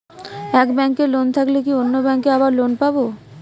এক ব্যাঙ্কে লোন থাকলে কি অন্য ব্যাঙ্কে আবার লোন পাব?